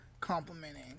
complimenting